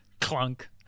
Clunk